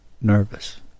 nervous